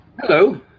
Hello